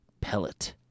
Pellet